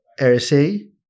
RSA